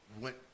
went